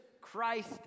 Christ